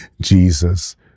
Jesus